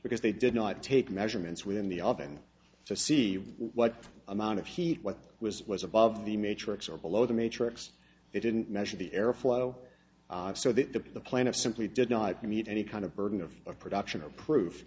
because they did not take measurements within the oven to see what amount of heat what was was above the matrix or below the matrix they didn't measure the air flow so that the plan of simply did not meet any kind of burden of a production or proof